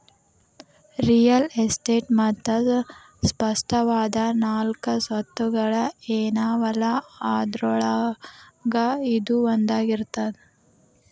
real estate ಮತ್ತ ಸ್ಪಷ್ಟವಾದ ನಾಲ್ಕು ಸ್ವತ್ತುಗಳ ಏನವಲಾ ಅದ್ರೊಳಗ ಇದೂ ಒಂದಾಗಿರ್ತದ